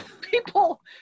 people